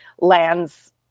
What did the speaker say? lands